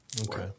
Okay